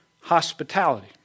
hospitality